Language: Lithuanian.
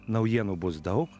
naujienų bus daug